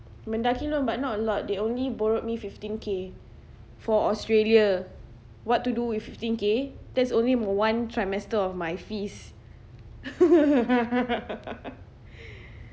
MENDAKI loan but not a lot they only borrowed me fifteen K for australia what to do with fifteen K that's only one trimester of my fees